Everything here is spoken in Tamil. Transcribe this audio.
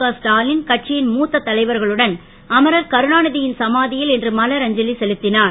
கஸ்டாலின் கட்சியின் மூத்த தலைவர்களுடன் அமரர் கருணாநிதியின் சமாதியில் இன்று மலர் அஞ்சலி செலுத்தினார்